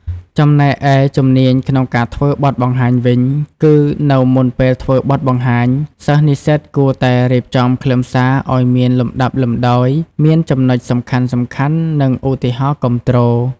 ចំណែកឯ ជំនាញក្នុងការធ្វើបទបង្ហាញវិញ គឺនៅមុនពេលធ្វើបទបង្ហាញ សិស្សនិស្សិតគួរតែរៀបចំខ្លឹមសារឲ្យមានលំដាប់លំដោយ មានចំណុចសំខាន់ៗ និងឧទាហរណ៍គាំទ្រ។